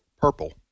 purple